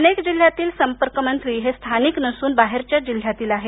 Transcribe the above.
अनेक जिल्ह्यातील संपर्कमंत्री हे स्थानिक नसून बाहेरच्या जिल्ह्यातील आहेत